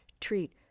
treat